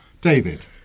David